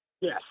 Yes